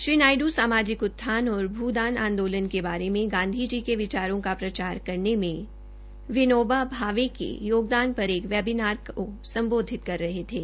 श्री नायडू सामाजिक उत्थान और भूदान आंदोलन के बारे में गांधी जी के विचारों का प्रचार में विनोवा भावे के योगदान पर एक वेबीनार को स्मबोधित कर रहे थे